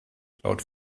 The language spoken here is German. laut